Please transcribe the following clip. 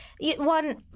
one